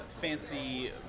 fancy